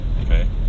okay